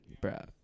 bro